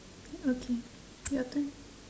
okay your turn